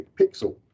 pixel